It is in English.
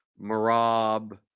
Marab